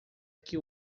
que